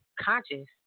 conscious